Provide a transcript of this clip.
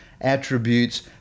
attributes